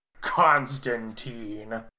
Constantine